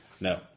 No